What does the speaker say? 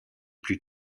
plus